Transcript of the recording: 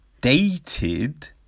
dated